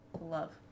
Love